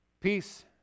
Peace